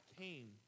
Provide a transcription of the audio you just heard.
came